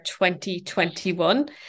2021